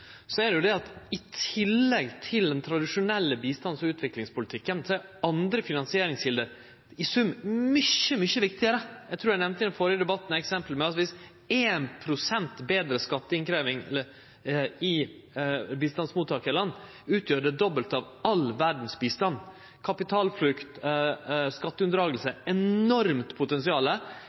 er det det at i tillegg til den tradisjonelle bistands- og utviklingspolitikken, er andre finansieringskjelder i sum mykje viktigare. Eg trur eg nemnde i den førre debatten eksempelet med at 1 pst. betre skatteinnkrevjing i bistandsmottakarland utgjer det dobbelte av all verdas bistand. Kapitalflukt og skatteunndraging utgjer eit enormt